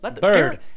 Bird